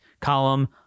column